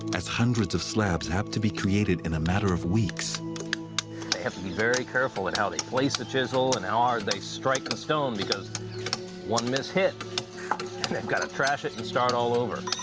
as hundreds of slabs have to be created in a matter of weeks. they have to be very careful in how they place the chisel, and how hard they strike the stone, because one missed hit and they've got to trash it and start all over.